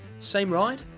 same ride?